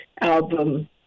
album